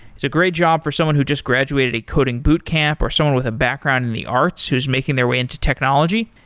it's a great job for someone who just graduated a coding boot camp, or someone with a background in the arts who's making their way into technology.